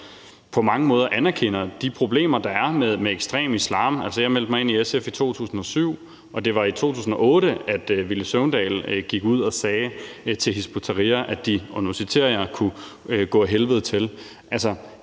på mange måder anerkender de problemer, der er med ekstrem islam. Jeg meldte mig ind i SF i 2007, og det var i 2008, Villy Søvndal gik ud og sagde til Hizb ut-Tahrir, at de, og nu citerer